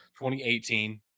2018